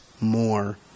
more